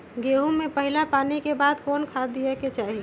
गेंहू में पहिला पानी के बाद कौन खाद दिया के चाही?